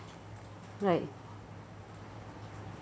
like